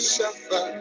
suffer